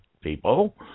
people